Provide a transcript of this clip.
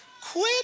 Quit